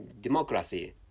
democracy